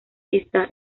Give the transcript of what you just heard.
pista